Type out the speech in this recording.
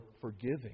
forgiving